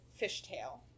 fishtail